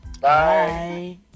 Bye